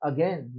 Again